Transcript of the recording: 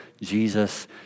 Jesus